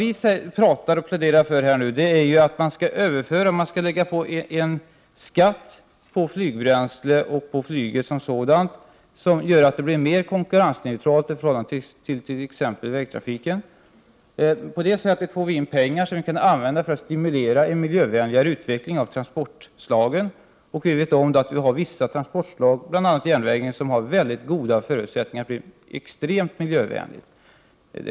Vi i miljöpartiet pläderar för att man skall lägga på en skatt på flygbränsle och på flyget som sådant, som skall göra att flyget blir mer konkurrensneutralt i förhållande till t.ex. vägtrafiken. På det sättet får vi in pengar, som vi kan använda för att stimulera en miljövänligare utveckling av transportslagen. Vi vet att det finns vissa transportslag, bl.a. järnvägen, som har mycket goda förutsättningar att bli extremt miljövänliga.